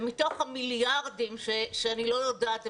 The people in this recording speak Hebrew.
ומתוך המיליארדים שאני לא יודעת,